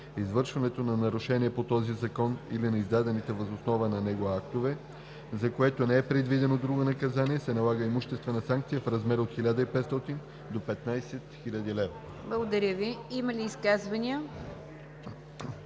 извършването на нарушение на този закон или на издадените въз основа на него актове, за което не е предвидено друго наказание, се налага имуществена санкция в размер от 1500 до 15 000 лв.“ ПРЕДСЕДАТЕЛ НИГЯР ДЖАФЕР: Има ли изказвания?